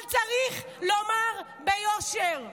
אבל צריך לומר ביושר,